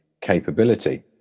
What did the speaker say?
capability